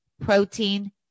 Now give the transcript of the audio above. protein